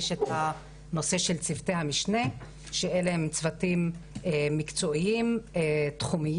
יש את הנושא של צוותי המשנה שאלה הם צוותים מקצועיים תחומיים,